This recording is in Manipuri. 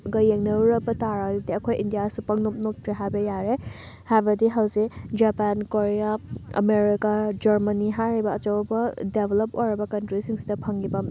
ꯒ ꯌꯦꯡꯅꯔꯨꯔꯕ ꯇꯥꯔꯒꯗꯤ ꯑꯩꯈꯣꯏ ꯏꯟꯗꯤꯌꯥꯁꯨ ꯄꯪꯅꯣꯞ ꯅꯣꯞꯇꯦ ꯍꯥꯏꯕ ꯌꯥꯔꯦ ꯍꯥꯏꯕꯗꯤ ꯍꯧꯖꯤꯛ ꯖꯄꯥꯟ ꯀꯣꯔꯤꯌꯥ ꯑꯃꯦꯔꯤꯀꯥ ꯖꯔꯃꯅꯤ ꯍꯥꯏꯔꯤꯕ ꯑꯆꯧꯕ ꯗꯦꯕꯂꯞ ꯑꯣꯏꯔꯕ ꯀꯟꯇ꯭ꯔꯤꯁꯤꯡꯁꯤꯗ ꯐꯪꯉꯤꯕ